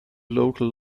local